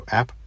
App